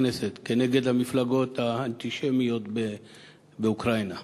כנסת כנגד המפלגות האנטישמיות באוקראינה.